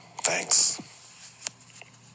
Thanks